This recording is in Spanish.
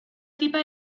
tipa